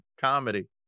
comedy